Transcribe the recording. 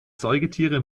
säugetiere